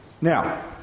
Now